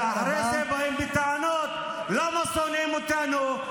ואחרי זה באים בטענות: למה שונאים אותנו?